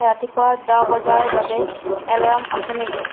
ৰাতিপুৱা দহ বজাৰ বাবে এলাৰ্ম আছে নেকি